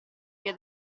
via